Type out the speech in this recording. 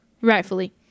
rightfully